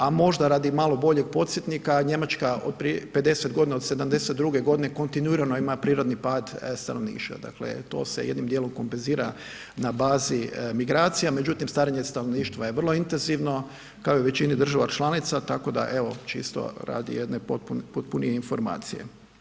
A možda radi malo boljeg podsjetnika, Njemačka od prije 50.g. od '72.g. kontinuirano ima prirodni pad stanovništva, dakle to se jednim dijelom kompenzira na bazi migracija, međutim starenje stanovništva je vrlo intenzivno kao i u većini država članica, tako da evo čisto radi jedne potpunije informacije.